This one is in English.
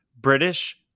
British